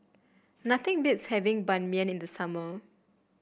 nothing beats having Ban Mian in the summer